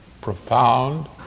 profound